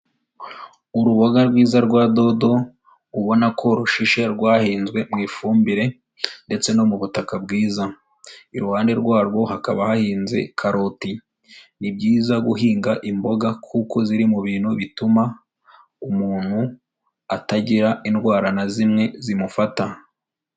Uruboga rwiza rwa dodo ubona ko rushishe rwahinzwe mu ifumbire ndetse no mu butaka bwiza, iruhande rwarwo hakaba hahinze karoti, ni byiza guhinga imboga kuko ziri mu bintu bituma umuntu atagira indwara na zimwe zimufata.